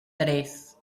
tres